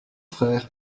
frères